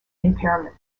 impairment